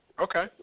Okay